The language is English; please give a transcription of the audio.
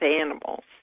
animals